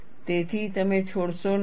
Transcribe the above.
તેથી તમે છોડશો નહીં